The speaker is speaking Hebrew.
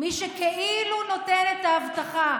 מי שכאילו נותן את האבטחה.